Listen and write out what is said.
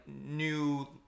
new